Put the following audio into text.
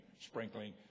sprinkling